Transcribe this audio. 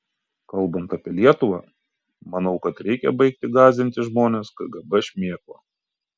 kalbant apie lietuvą manau kad reikia baigti gąsdinti žmones kgb šmėkla